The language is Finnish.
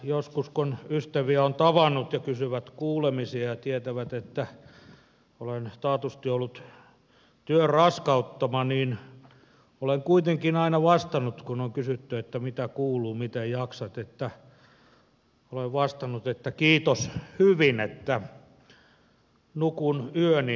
joskus kun ystäviä on tavannut ja he kysyvät kuulumisia ja tietävät että olen taatusti ollut työn raskauttama olen kuitenkin aina vastannut kun on kysytty mitä kuuluu miten jaksat että kiitos hyvin että nukun yöni erinomaisesti